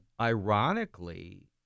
ironically